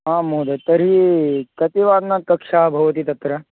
आं महोदय तर्हि कति वादनात् कक्षा भवति तत्र